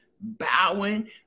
bowing